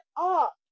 up